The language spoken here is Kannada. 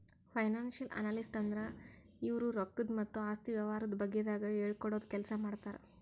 ಫೈನಾನ್ಸಿಯಲ್ ಅನಲಿಸ್ಟ್ ಅಂದ್ರ ಇವ್ರು ರೊಕ್ಕದ್ ಮತ್ತ್ ಆಸ್ತಿ ವ್ಯವಹಾರದ ಬಗ್ಗೆದಾಗ್ ಹೇಳ್ಕೊಡದ್ ಕೆಲ್ಸ್ ಮಾಡ್ತರ್